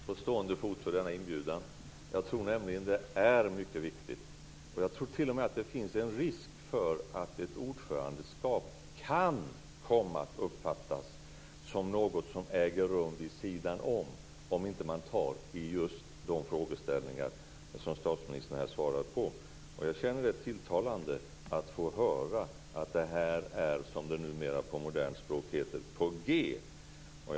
Fru talman! Jag tackar självklart på stående fot för denna inbjudan. Jag tror nämligen att det här är mycket viktigt. Jag tror t.o.m. att det finns en risk för att ett ordförandeskap kan komma att uppfattas som något som äger rum vid sidan om ifall man inte tar i just de frågor som statsministern här svarade på. Jag känner det tilltalande att få höra att det här är, som det numera heter på modernt språk, på G.